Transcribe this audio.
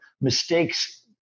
mistakes